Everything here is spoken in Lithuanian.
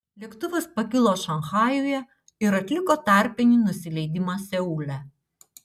lėktuvas pakilo šanchajuje ir atliko tarpinį nusileidimą seule